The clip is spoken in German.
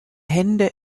hände